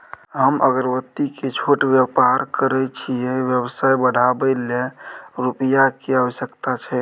हम अगरबत्ती के छोट व्यापार करै छियै व्यवसाय बढाबै लै रुपिया के आवश्यकता छै?